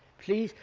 please,